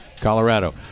colorado